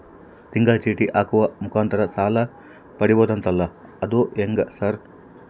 ತಿಂಗಳ ಚೇಟಿ ಹಾಕುವ ಮುಖಾಂತರ ಸಾಲ ಪಡಿಬಹುದಂತಲ ಅದು ಹೆಂಗ ಸರ್?